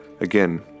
Again